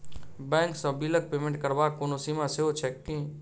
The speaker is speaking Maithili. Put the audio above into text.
बैंक सँ बिलक पेमेन्ट करबाक कोनो सीमा सेहो छैक की?